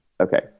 Okay